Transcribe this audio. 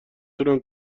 تونم